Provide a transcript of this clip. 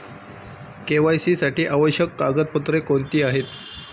KYC साठी आवश्यक कागदपत्रे कोणती आहेत?